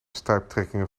stuiptrekkingen